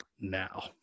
now